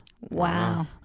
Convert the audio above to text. wow